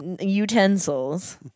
Utensils